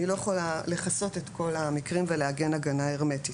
אני לא יכולה לכסות את כל המקרים ולהגן הגנה הרמטית,